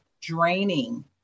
draining